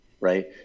right